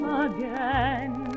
again